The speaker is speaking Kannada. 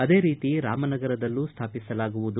ಅದೇ ರೀತಿ ರಾಮನಗರದಲ್ಲೂ ಸ್ಥಾಪಿಸಲಾಗುವುದು